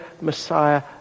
Messiah